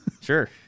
Sure